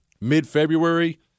Mid-February